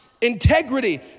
integrity